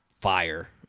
fire